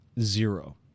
zero